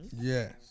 Yes